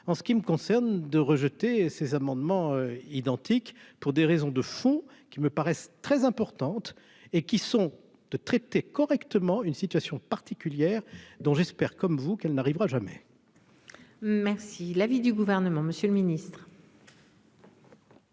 en ce qui me concerne, de rejeter ces amendements identiques pour des raisons de fond qui me paraissent très importantes et qui sont de traiter correctement une situation particulière dont j'espère comme vous, qu'elle n'arrivera jamais. Merci l'avis du gouvernement, Monsieur le Ministre.